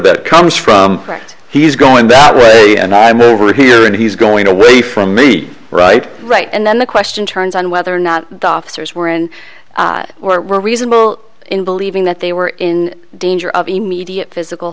that comes from correct he's going that way and i'm over here and he's going away from me right right and then the question turns on whether or not the officers were in or were reasonable in believing that they were in danger of immediate physical